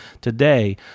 today